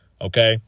Okay